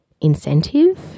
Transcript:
incentive